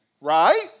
right